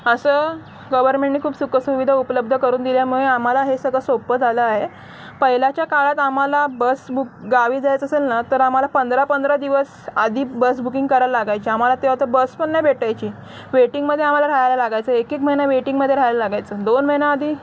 असं गवर्मेंटने खूप सुखसुविधा उपलब्ध करून दिल्यामुळे आम्हाला हे सगळं सोप्पं झालं आहे पहिल्याच्या काळात आम्हाला बस बुक गावी जायचं असेल ना तर आम्हाला पंधरा पंधरा दिवस आधी बस बुकिंग करायला लागायची आम्हाला तेव्हा तर बस पण नाही भेटायची वेटिंगमध्ये आम्हाला राहायला लागायचं एकेक महिना वेटिंगमध्ये राहायला लागायचं दोन महिन्याआधी